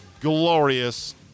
glorious